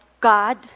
God